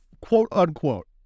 quote-unquote